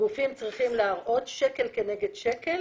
הגופים צריכים להראות שקל כנגד שקל